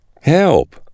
Help